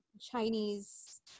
Chinese